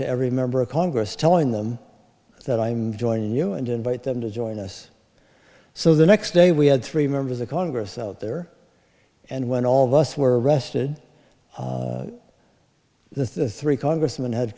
to every member of congress telling them that i'm joining you and invite them to join us so the next day we had three members of congress out there and when all of us were arrested the three congressmen had